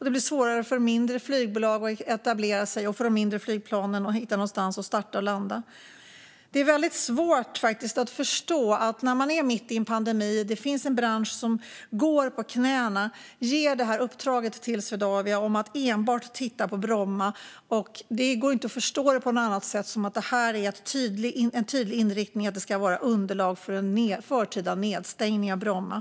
Det blir svårare för mindre flygbolag att etablera sig, och det blir svårare för mindre flygplan att hitta någonstans att starta och landa. När man befinner sig mitt i en pandemi och det finns en bransch som går på knäna är det svårt att förstå att man ger Swedavia i uppdrag att enbart titta på Bromma. Det går inte att förstå det på annat sätt än som en tydlig inriktning att det ska vara underlag för en förtida nedläggning av Bromma.